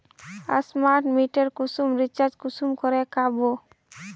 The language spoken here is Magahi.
स्मार्ट मीटरेर कुंसम रिचार्ज कुंसम करे का बो?